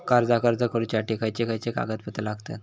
कर्जाक अर्ज करुच्यासाठी खयचे खयचे कागदपत्र लागतत